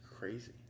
crazy